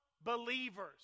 believers